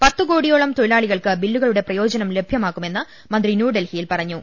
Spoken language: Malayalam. പത്ത് കോടിയോളം തൊഴിലാളികൾക്ക് ബില്ലുകളുടെ പ്രയോജനം ലഭിക്കുമെന്ന് മന്ത്രി ന്യൂഡൽഹിയിൽ പറഞ്ഞു